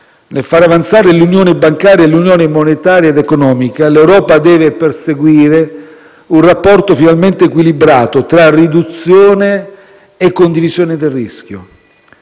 Nel far avanzare l'unione bancaria e l'unione monetaria ed economica, l'Europa deve perseguire un rapporto finalmente equilibrato tra riduzione e condivisione del rischio.